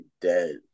dead